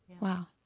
Wow